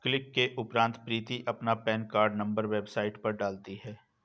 click के उपरांत प्रीति अपना पेन कार्ड नंबर वेबसाइट पर डालती है